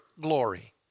Glory